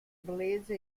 bellezza